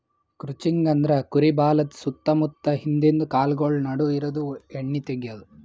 crutching ಅಂದ್ರ ಕುರಿ ಬಾಲದ್ ಸುತ್ತ ಮುತ್ತ ಹಿಂದಿಂದ ಕಾಲ್ಗೊಳ್ ನಡು ಇರದು ಉಣ್ಣಿ ತೆಗ್ಯದು